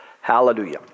Hallelujah